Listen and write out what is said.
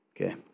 Okay